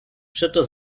przeto